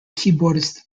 keyboardist